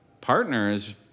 partners